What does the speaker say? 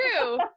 true